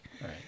Right